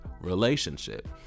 relationship